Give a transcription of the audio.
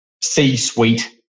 C-suite